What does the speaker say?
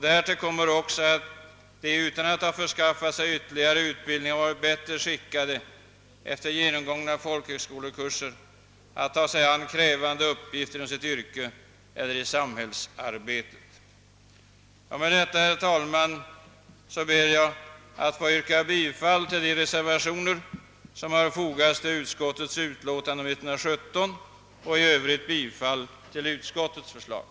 Därtill kommer att de utan att förskaffa sig ytterligare utbildning har varit bättre skickade att efter genomgång av folkhögskolekurser gripa sig an med krävande uppgifter inom sitt yrke eller i samhällsarbetet. Med detta, herr talman, ber jag att få yrka bifall till de reservationer som har fogats till statsutskottets utlåtande nr 117 och i övrigt bifall till utskottets hemställan.